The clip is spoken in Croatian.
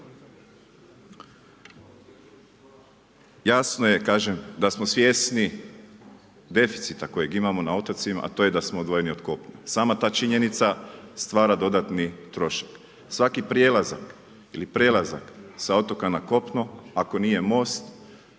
Jasno je da smo svjesni deficita kojeg imamo na otocima, a to je da smo odvojeni od kopna, sama ta činjenica stvara dodatni trošak. Svaki prelazak sa otoka na kopno, ako nije most,